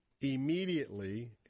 immediately